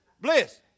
Bliss